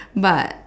but